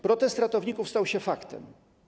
Protest ratowników stał się faktem.